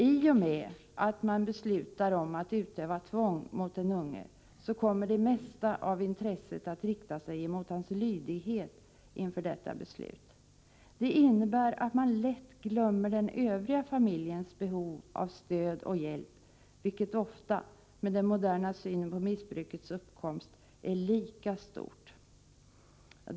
I och med att man beslutar om att utöva tvång mot den unge så kommer det mesta av intresset att rikta sig emot hans lydighet inför detta beslut. Det innebär att man lätt glömmer den övriga familjens behov av stöd och hjälp, vilket ofta med den moderna synen på missbrukets uppkomst är lika stort.